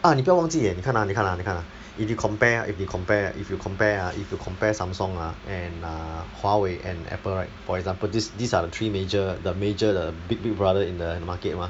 ah 你不要忘记 leh 你看 ah 你看 ah 你看 ah if you compare ah if you compare right if you compare ah if you compare Samsung ah and uh Huawei and Apple right for example these these are the three major the major the big big brother in the market mah